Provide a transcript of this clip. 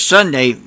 Sunday